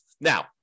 Now